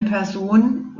person